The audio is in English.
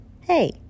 Hey